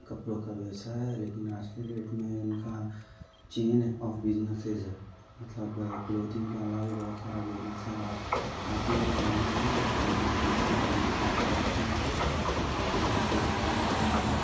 कपड़ो का व्यवसाय लेकिन आज के डेट में उनका चेन ऑफ़ बिजनेसेज़ है मतलब क्लोथिंग के अलावा बहुत सारे बिजनेस है और काफ़ी नाम है और उन्होंने अपने मेहनत लगन और परिश्रम से अपने आपको इस क़ाबिल बनाया है